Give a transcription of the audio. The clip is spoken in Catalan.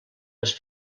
les